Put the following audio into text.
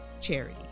charity